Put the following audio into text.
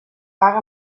paga